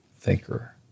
thinker